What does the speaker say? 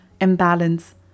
imbalance